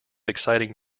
exciting